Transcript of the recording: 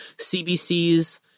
CBCs